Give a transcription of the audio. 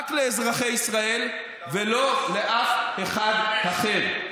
רק לאזרחי ישראל ולא לאף אחד אחר.